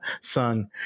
sung